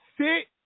sit